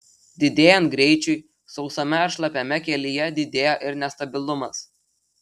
didėjant greičiui sausame ar šlapiame kelyje didėja ir nestabilumas